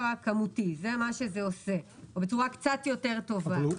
הכמותי - זה מה שזה עושה או בצורה קצת יותר טובה.